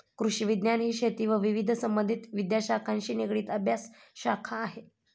कृषिविज्ञान ही शेती व विविध संबंधित विद्याशाखांशी निगडित अभ्यासशाखा आहे